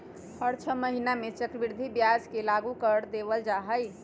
हर छ महीना में चक्रवृद्धि ब्याज के लागू कर देवल जा हई